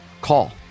Call